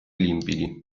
limpidi